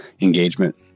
engagement